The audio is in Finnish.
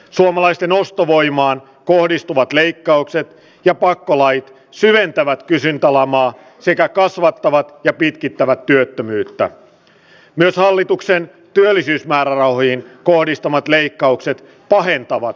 suomalaisten ostovoimaan kohdistuvat leikkaukset ja pakkolait syventävät kysyntää lamaa sekä kasvattavat pitkittävät työttömyyttä myös hallituksen työllisyysvarojen kohdistamat leikkaukset pahentavat